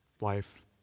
life